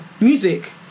music